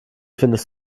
findest